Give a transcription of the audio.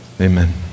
amen